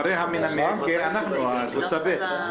אחרי המנמקים, אנחנו, קבוצה ב'.